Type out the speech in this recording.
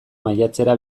maiatzera